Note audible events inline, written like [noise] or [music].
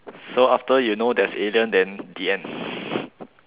so after you know there's alien then the end [noise]